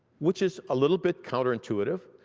which is a little bit counterintuitive,